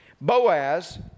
Boaz